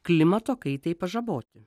klimato kaitai pažaboti